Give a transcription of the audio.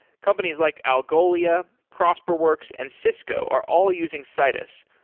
companies like algolia, prosperworks and cisco are all using citus,